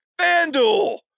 FanDuel